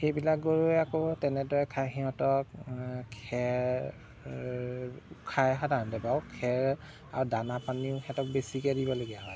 সেইবিলাক গৰুৱে আকৌ তেনেদৰে খায় সিহঁতক খেৰ খায় সাধাৰণতে বাৰু খেৰ আৰু দানা পানীও সিহঁতক বেছিকে দিবলগীয়া হয়